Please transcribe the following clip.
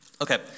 Okay